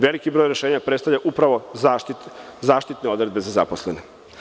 Veliki broj rešenja predstavlja upravo zaštitne odredbe za zaposlene.